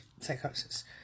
psychosis